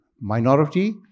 minority